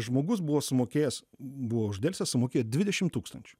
žmogus buvo sumokėjęs buvo uždelsęs sumokėt dvidešim tūkstančių